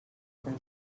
from